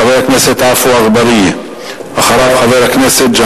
חבר הכנסת עפו אגבאריה, בבקשה.